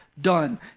done